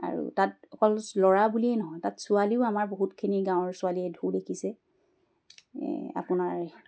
আৰু তাত অকল ল'ৰা বুলিয়েই নহয় তাত ছোৱালীও আমাৰ বহুতখিনি গাঁৱৰ ছোৱালীয়ে ঢোল শিকিছে আপোনাৰ